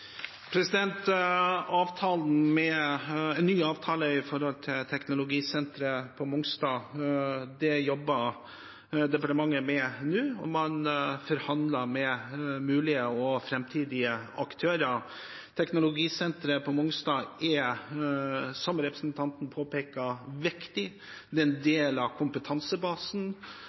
En ny avtale med teknologisenteret på Mongstad er noe departementet jobber med nå, og man forhandler med mulige framtidige aktører. Teknologisenteret på Mongstad er, som representanten påpeker, viktig. Det er en del av kompetansebasen,